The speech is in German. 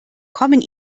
kommen